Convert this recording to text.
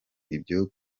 ibyo